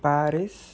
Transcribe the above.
Paris